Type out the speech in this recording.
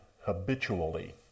habitually